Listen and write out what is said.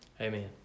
Amen